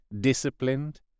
disciplined